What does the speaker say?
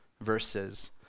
verses